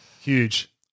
Huge